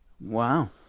Wow